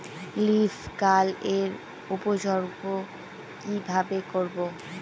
Leaf curl এর উপসর্গ কিভাবে করব?